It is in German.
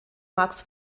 max